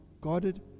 guarded